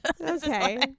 okay